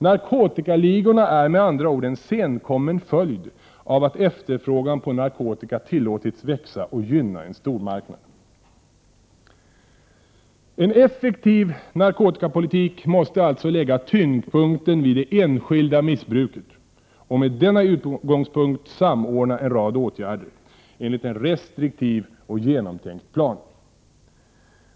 Narkotikaligorna är med andra ord en senkommen följd av att efterfrågan på narkotika tillåtits växa och gynna en stormarknad. En effektiv narkotikapolitik måste alltså lägga tyngdpunkten vid det enskilda missbruket, och med denna utgångspunkt samordna en rad åtgärder enligt en restriktiv och genomtänkt plan.